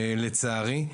לצערי,